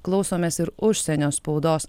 klausomės ir užsienio spaudos